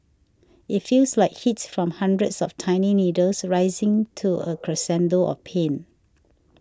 it feels like heat from hundreds of tiny needles rising to a crescendo of pain